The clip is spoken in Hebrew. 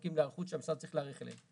פרקים להיערכות שהמשרד צריך להיערך אליהם.